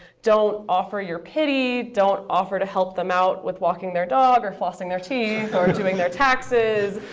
don't offer your pity. don't offer to help them out with walking their dog, or flossing their teeth, or doing their taxes.